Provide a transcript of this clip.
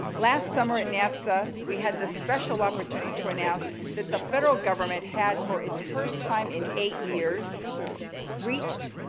last summer at natsa, we had the special opportunity to announce that the federal government had for its first time in eight years reached,